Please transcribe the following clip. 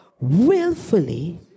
willfully